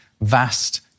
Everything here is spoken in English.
vast